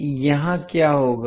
तो अब यहाँ क्या होगा